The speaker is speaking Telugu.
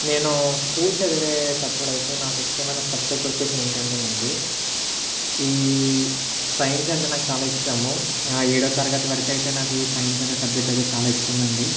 నేను స్కూల్ చదివేటప్పుడు అయితే నాకు ఇష్టమైన సబ్జెక్ట్ వచ్చేసి ఏంటంటేనండి ఈ సైన్స్ అంటే నాకు చాలా ఇష్టము ఏడో తరగతి వరకు అయితే నాకు ఈ సైన్స్ అనే సబ్జెక్ట్ అయితే చాలా ఇష్టం అండి